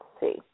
see